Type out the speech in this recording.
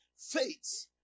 faith